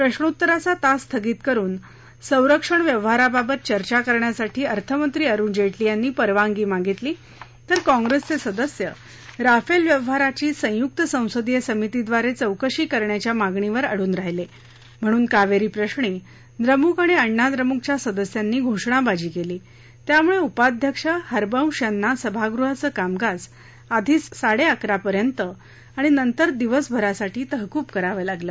प्रश्नोत्तराचा तास स्थगित करुन संरक्षणव्यवहाराबाबत चर्चा करण्यासाठी अर्थमंत्री अरुण जेटली यांनी परवानगी मागितली तर काँग्रेसचे सदस्य राफेल व्यवहाराची संयुक्त संसदीय समितीद्वारे चौकशी करण्याच्या मागणीवर अडून राहीले म्हणून कावेरी प्रश्री दुम्रुक आणि अण्णा दुम्रकच्या सदस्यांनी घोषणाबाजी केली त्यामुळे उपाध्यक्ष हरबंश यांना सभागृहाचं कामकाज आधी साडे अकरा वाजेपर्यंत आणि नंतर दिवसभरासाठी तहकूब करावं लागलं